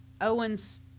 Owen's